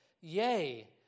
Yea